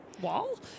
wall